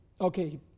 okay